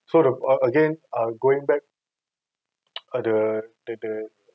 so the again um going back the the the